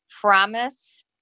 promise